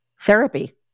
therapy